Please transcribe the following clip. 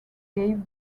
gave